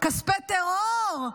כספי טרור.